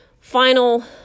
final